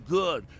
good